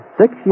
Six